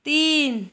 तीन